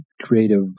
creative